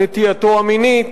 נטייתו המינית